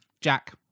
Jack